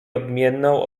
odmienną